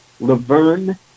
Laverne